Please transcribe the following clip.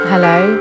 Hello